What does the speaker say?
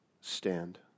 Stand